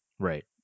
Right